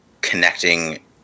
connecting